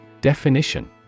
Definition